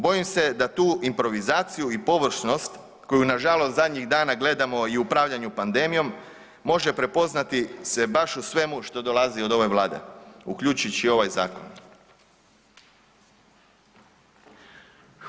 Bojim se da tu improvizaciju i površnost koju nažalost zadnjih dana gledamo i upravljanju pandemijom može prepoznati se baš u svemu što dolazi od Vlade, uključujući i ovaj zakon.